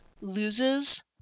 loses